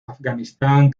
afganistán